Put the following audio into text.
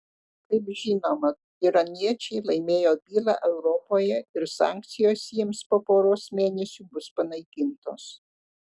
kaip žinoma iraniečiai laimėjo bylą europoje ir sankcijos jiems po poros mėnesių bus panaikintos